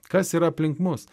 kas yra aplink mus